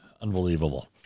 Unbelievable